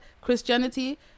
christianity